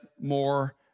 more